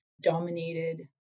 dominated